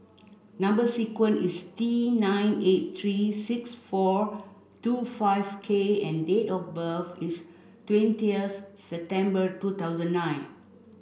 number sequence is T nine eight three six four two five K and date of birth is twentieth September two thousand nine